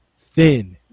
thin